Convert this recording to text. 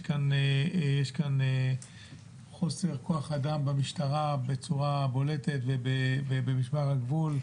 יש כאן חוסר כוח אדם במשטרה בצורה בולטת ובמשמר הגבול.